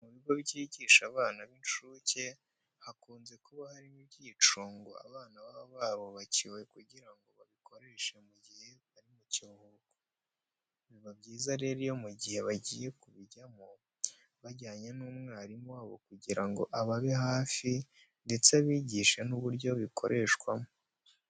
Mu bigo byigisha abana b'incuke hakunze kuba harimo ibyicungo abana baba barubakiwe kugira ngo babikoreshe mu gihe bari mu karuhuko. Biba byiza rero iyo mu gihe bagiye kubijyamo bajyanye n'umwarimu wabo kugira ngo ababe hafi ndetse abigishe n'uburyo bikoreshwamo.